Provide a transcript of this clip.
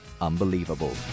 unbelievable